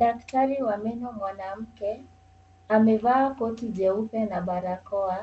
Daktari wa meno mwanamke amevaa koti jeupe na barakoa.